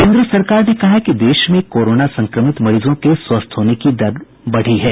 केन्द्र सरकार ने कहा है कि देश में कोरोना संक्रमित मरीजों के स्वस्थ होने की दर बढ़ी है